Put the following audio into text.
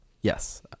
Yes